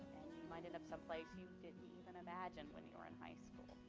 might end up someplace you didn't even imagine when you were in high school.